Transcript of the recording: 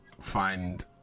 find